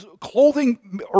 clothing